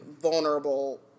vulnerable